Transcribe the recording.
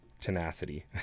tenacity